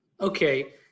Okay